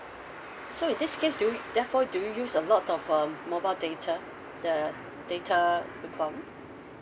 so in this case do you therefore do you use a lot of um mobile data the data requirement